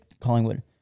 Collingwood